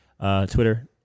Twitter